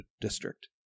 district